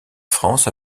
france